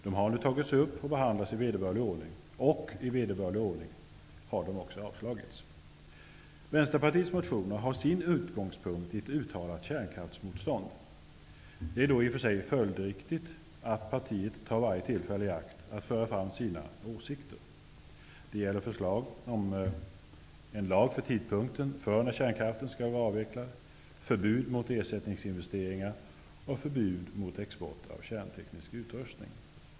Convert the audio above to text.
Nu har de tagits upp och behandlats i vederbörlig ordning, och i vederbörlig ordning har de också avstyrkts. Vänsterpartiets motioner har sina utgångspunkter i ett uttalat kärnkraftsmotstånd. Det är i och för sig följdriktigt att partiet tar varje tillfälle i akt att föra fram sina åsikter. Det gäller förslag om en lag för tidpunkten för när kärnkraften skall vara avvecklad, förbud mot ersättningsinvesteringar och förbud mot export av kärnteknisk utrustning.